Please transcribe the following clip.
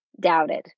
doubted